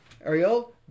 Ariel